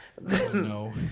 No